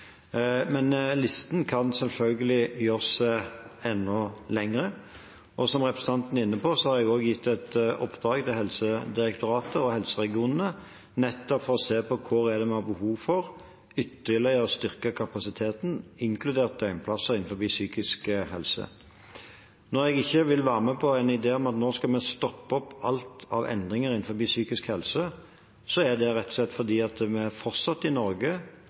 men listen kan selvfølgelig gjøres enda lengre. Som representanten Wilkinson er inne på, har jeg også gitt et oppdrag til Helsedirektoratet og helseregionene om nettopp å se på hvor vi har behov for ytterligere å styrke kapasiteten, inkludert døgnplasser innen psykisk helsevern. Når jeg ikke vil være med på en idé om at vi nå skal stoppe alt av endringer innenfor psykisk helse, er det rett og slett fordi vi fortsatt i Norge